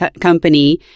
company